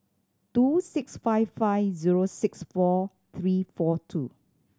two six five five zero six four three four two